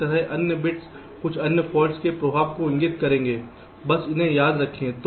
इसी तरह अन्य बिट्स कुछ अन्य फॉल्ट्स के प्रभाव को इंगित करेंगे बस इसे याद रखें